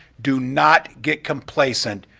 do not get complacent,